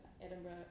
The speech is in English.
Edinburgh